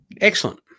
Excellent